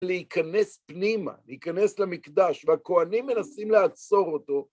להיכנס פנימה, להיכנס למקדש, והכוהנים מנסים לעצור אותו.